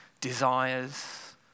desires